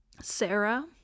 Sarah